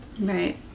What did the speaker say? right